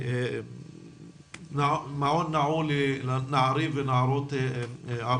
במעון נעול לנערים ונערות ערביים,